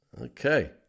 Okay